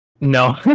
No